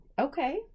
okay